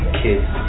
kids